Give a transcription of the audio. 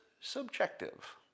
subjective